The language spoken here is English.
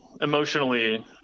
emotionally